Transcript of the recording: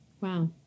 Wow